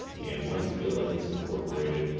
and once you feel like it's incorporated,